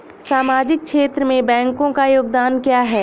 सामाजिक क्षेत्र में बैंकों का योगदान क्या है?